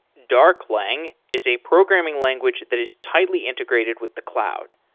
darklang is a programming language that is tightly integrated with the cloud.